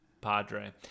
Padre